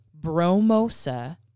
Bromosa